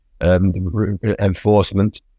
Enforcement